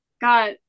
got